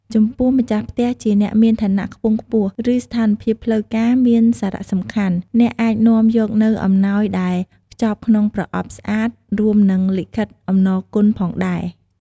ចំពោះម្ចាស់ផ្ទះជាអ្នកមានឋានៈខ្ពង់ខ្ពស់ ឬស្ថានភាពផ្លូវការមានសារៈសំខាន់ អ្នកអាចនាំយកនូវអំណោយដែលខ្ចប់ក្នុងប្រអប់ស្អាត រួមនិងលិខិតអំណរគុណផងដែរ។